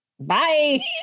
Bye